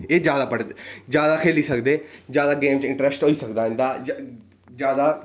एह् ज्यादा पढंदे ज्यादा खैली सकदे ज्यादा गैम च इंटरेस्ट होई सकदा इंदा ज्यादा